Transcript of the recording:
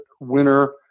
winner